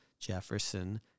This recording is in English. Jefferson